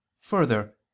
Further